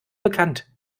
bekannt